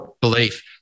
belief